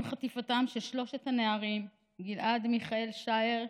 עם חטיפתם של שלושת הנערים: גיל-עד מיכאל שאער,